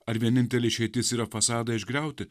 ar vienintelė išeitis yra fasadą išgriauti